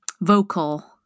vocal